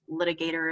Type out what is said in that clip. litigators